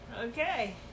Okay